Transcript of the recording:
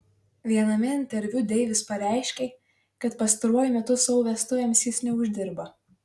viename interviu deivis pareiškė kad pastaruoju metu savo vestuvėms jis neuždirba